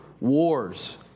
wars